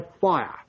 fire